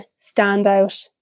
standout